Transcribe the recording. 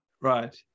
Right